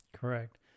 Correct